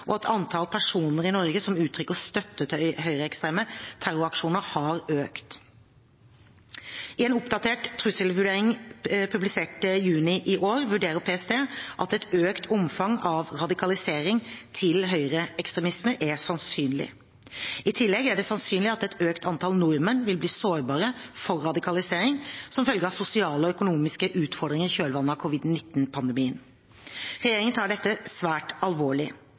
og at antallet personer i Norge som uttrykker støtte til høyreekstreme terroraksjoner, har økt. I en oppdatert trusselvurdering publisert i juni i år, vurderer PST at et økt omfang av radikalisering til høyreekstremisme er sannsynlig. I tillegg er det sannsynlig at et økt antall nordmenn vil bli sårbare for radikalisering som følge av sosiale og økonomiske utfordringer i kjølvannet av covid-19-pandemien. Regjeringen tar dette svært alvorlig.